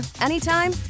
anytime